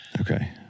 okay